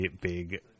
big